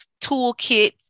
toolkit